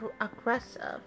aggressive